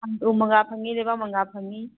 ꯎꯃꯪꯒ꯭ꯔꯥ ꯐꯪꯉꯤ ꯂꯩꯕꯥꯛ ꯃꯪꯒ꯭ꯔꯥ ꯐꯪꯉꯤ